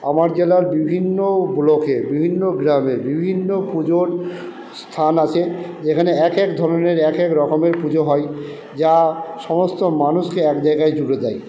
আমার জেলার বিভিন্ন ব্লকে বিভিন্ন গ্রামে বিভিন্ন পুজোর স্থান আছে যেখানে এক এক ধরণের এক এক রকমের পুজো হয় যা সমস্ত মানুষকে এক জায়গায় জুড়ে দেয়